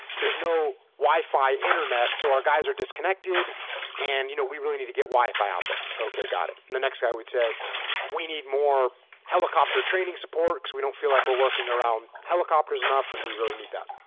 there's no wifi internet so our guys are disconnected and you know we really need to get wifi out there. okay, got it. the next guy would say we need more helicopter training support because we don't feel like we're working around helicopters enough and w really need that.